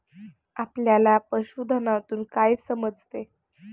आपल्याला पशुधनातून काय समजते?